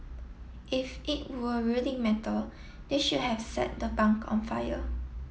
if it were really metal they should have set the bunk on fire